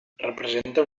representa